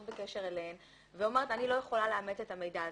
בקשר אליהן והיא אומרת שהיא לא יכולה לאמת את המידע הזה.